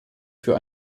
für